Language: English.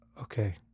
Okay